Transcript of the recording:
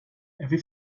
every